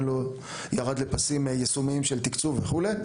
לא ירד לפסים יישומיים של תקצוב וכולי,